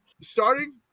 starting